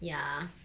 ya